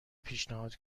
پیشنهاد